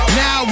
now